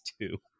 two